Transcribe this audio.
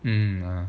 err err